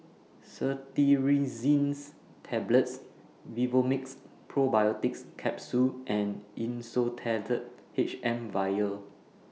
Cetirizines Tablets Vivomixx Probiotics Capsule and Insulatard H M Vial